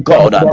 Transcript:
God